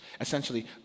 Essentially